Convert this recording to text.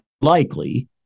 likely